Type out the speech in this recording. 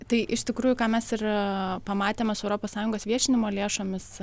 tai iš tikrųjų ką mes ir pamatėm iš europos sąjungos viešinimo lėšomis